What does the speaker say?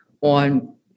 on